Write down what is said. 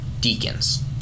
deacons